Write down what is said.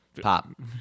Pop